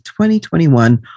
2021